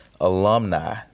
alumni